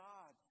God